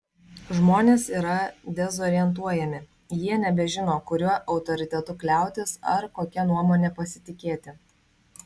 žmonės yra dezorientuojami jie nebežino kuriuo autoritetu kliautis ar kokia nuomone pasitikėti